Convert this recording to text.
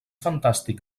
fantàstic